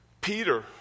Peter